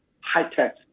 high-tech